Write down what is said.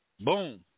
boom